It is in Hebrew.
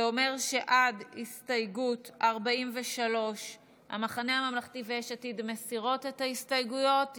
זה אומר שעד הסתייגות 43 המחנה הממלכתי ויש עתיד מסירות את ההסתייגויות.